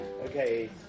Okay